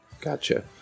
Gotcha